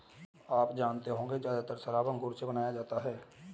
आप जानते होंगे ज़्यादातर शराब अंगूर से बनाया जाता है